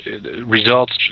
results